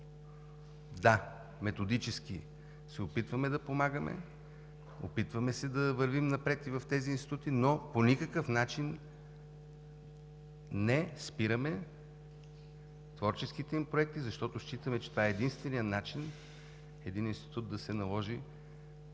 Да, методически се опитваме да помагаме, опитваме се да вървим напред и в тези институти, по никакъв начин не спираме творческите им проекти, защото считаме, че това е единственият начин един институт да се наложи